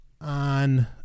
on